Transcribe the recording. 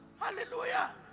Hallelujah